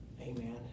Amen